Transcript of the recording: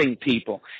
people